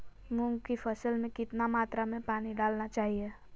मूंग की फसल में कितना मात्रा में पानी डालना चाहिए?